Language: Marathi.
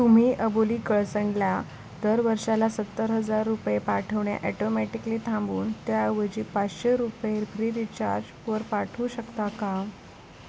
तुम्ही अबोली कळसणला दर वर्षाला सत्तर हजार रुपये पाठवणे ॲटोमॅटिकली थांबवून त्याऐवजी पाचशे रुपये फ्रीरीचार्जवर पाठवू शकता का